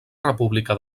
república